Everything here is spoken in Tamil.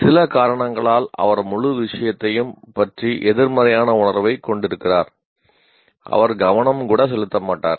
சில காரணங்களால் அவர் முழு விஷயத்தையும் பற்றி எதிர்மறையான உணர்வைக் கொண்டிருக்கிறார் அவர் கவனம் கூட செலுத்த மாட்டார்